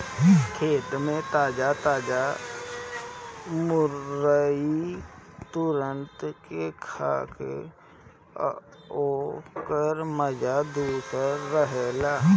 खेते में ताजा ताजा मुरई तुर के खा तअ ओकर माजा दूसरे रहेला